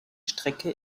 strecke